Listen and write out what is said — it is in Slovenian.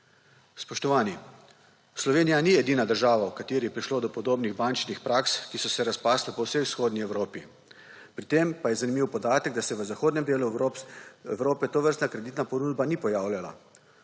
Spoštovani, Slovenija ni edina država, v kateri je prišlo do podobnih bančnih praks, ki so se razpasle po vsej Vzhodni Evropi, pri tem pa je zanimiv podatek, da se v zahodnem delu Evrope tovrstna kreditna ponudba ni pojavljala,